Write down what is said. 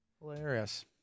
Hilarious